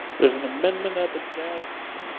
there's an amendment at the desk